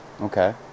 okay